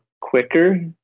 quicker